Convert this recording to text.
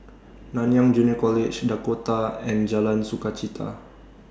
Nanyang Junior College Dakota and Jalan Sukachita